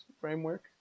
framework